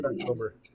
October